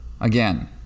Again